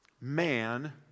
man